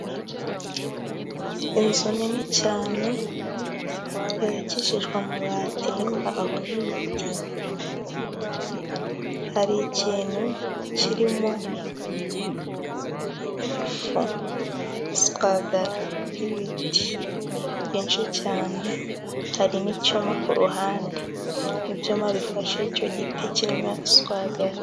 Inzu nini cyane yubakishiijwe amabati, n'imbaho n'ibiti, hari ikintu kirimo ifu, ishwagara ry'ibiti byinshi cyane, hari n'icyuma ku ruhande, ibyuma bifashe icyo giti kirimo ishwagara.